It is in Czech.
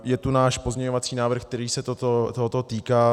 Je tu náš pozměňovací návrh, který se tohoto týká.